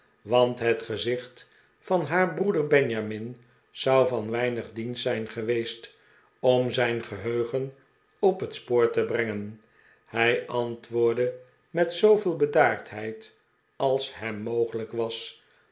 want het gezicht van haar broeder benjamin zou van weinig dienst zijn geweest om zijn geheugen op het spoor te brehgen hij antwoordde met zooveel bedaardheid als hem mogelijk was